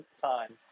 time